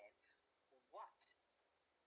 what